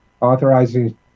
authorizing